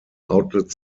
outlet